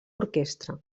orquestra